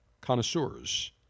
connoisseurs